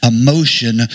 emotion